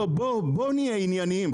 בואו נהיה ענייניים.